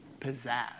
pizzazz